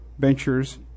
ventures